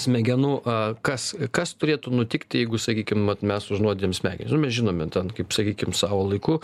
smegenų a kas kas turėtų nutikti jeigu sakykim vat mes užnuodijam smegenis žinome ten kaip sakykim savo laiku